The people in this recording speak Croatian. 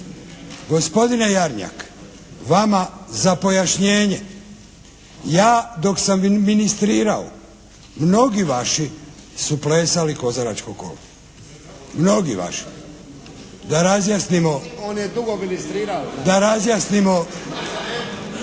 Gospodine Jarnjak vama za pojašnjenje, ja dok sam ministrirao mnogi vaši su plesali kozaračko kolo, mnogi vaši. Da razjasnimo tko za čime žali. Ja samo